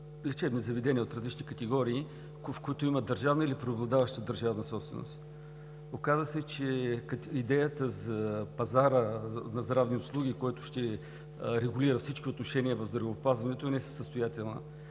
лечебни заведения от различни категории, в които има държавна или преобладаваща държавна собственост. Оказа се, че идеята за пазара на здравни услуги, който ще регулира всички отношения в здравеопазването, не е състоятелна.